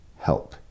help